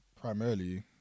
primarily